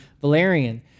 Valerian